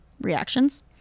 reactions